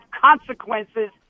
consequences